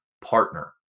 partner